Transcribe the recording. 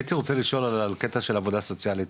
הייתי רוצה לשאול על קטע של עבודה סוציאלית,